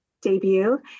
debut